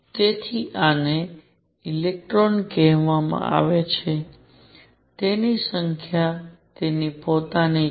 તેથી આને ઇલેક્ટ્રોન કહેવામાં આવે છે તેની સંખ્યા તેની પોતાની છે